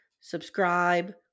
subscribe